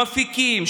מפיקים,